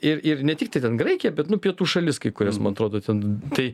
ir ir ne tiktai ten graikiją bet nu pietų šalis kai kurias man atrodo ten tai